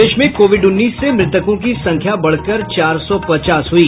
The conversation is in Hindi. प्रदेश में कोविड उन्नीस से मृतकों की संख्या बढ़कर चार सौ पचास हुई